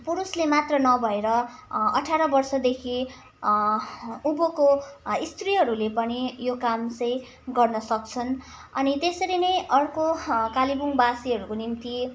पुरुषले मात्र नभएर अठार वर्षदेखि उँभोको स्त्रीहरूले पनि यो काम चाहिँ गर्न सक्छन् अनि त्यसेरी नै अर्को कालेबुङवासीहरूको निम्ति